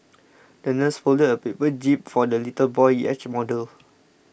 the nurse folded a paper jib for the little boy's yacht model